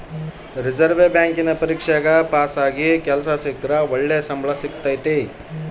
reserve ಬ್ಯಾಂಕಿನ ಪರೀಕ್ಷೆಗ ಪಾಸಾಗಿ ಕೆಲ್ಸ ಸಿಕ್ರ ಒಳ್ಳೆ ಸಂಬಳ ಸಿಕ್ತತತೆ